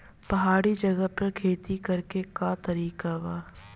पहाड़ी जगह पर खेती करे के का तरीका बा?